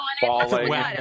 falling